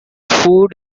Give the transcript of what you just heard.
food